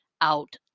out